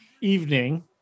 evening